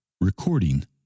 Recording